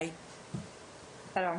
שלום.